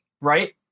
right